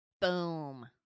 Boom